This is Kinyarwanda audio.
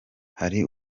hari